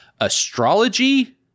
astrology